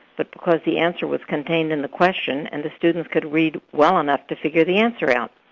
but because the answer was contained in the question, and the students could read well enough to figure the answer out.